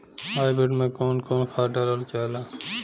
Hybrid में कउन कउन खाद डालल जाला?